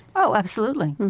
oh, absolutely.